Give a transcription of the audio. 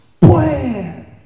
plan